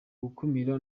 gukumira